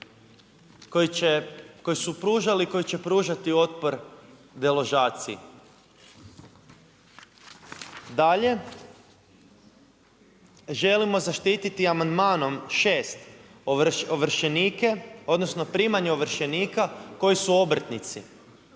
koji su pružali i koji će pružati otpor deložaciji. Dalje, želimo zaštititi amandmanom 6. ovršenike, odnosno primanje ovršenika koji su obrtnici.